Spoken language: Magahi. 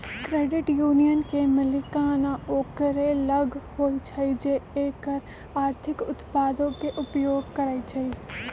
क्रेडिट यूनियन के मलिकाना ओकरे लग होइ छइ जे एकर आर्थिक उत्पादों के उपयोग करइ छइ